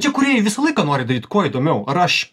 čia kūrėjai visą laiką nori daryt kuo įdomiau ar aš